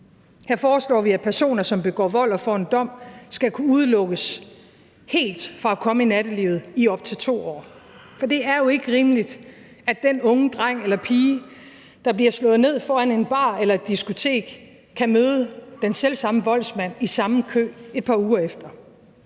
Her foreslår vi, at personer, som begår vold og får en dom, skal kunne udelukkes helt fra at komme i nattelivet i op til 2 år. For det er jo ikke rimeligt, at den unge dreng eller pige, der bliver slået ned foran en bar eller et diskotek, kan møde den selvsamme voldsmand i samme kø et par uger efter.